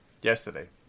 Yesterday